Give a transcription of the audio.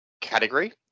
category